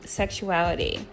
sexuality